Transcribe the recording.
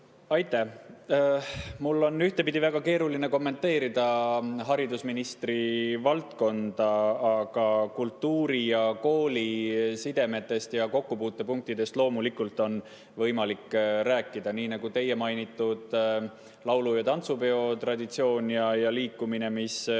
Aitäh! Mul on ühtpidi väga keeruline kommenteerida haridusministri valdkonda, aga kultuuri ja kooli sidemetest ja kokkupuutepunktidest on loomulikult võimalik rääkida, nii nagu ka teie mainitud laulu‑ ja tantsupeo traditsioonist ja liikumisest, mis